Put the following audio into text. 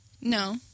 No